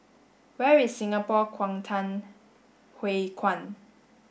where is Singapore Kwangtung Hui Kuan